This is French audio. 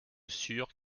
sûrs